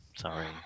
Sorry